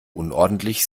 unordentlich